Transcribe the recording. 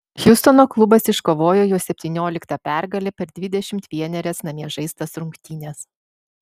hjustono klubas iškovojo jau septynioliktą pergalę per dvidešimt vienerias namie žaistas rungtynes